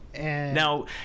Now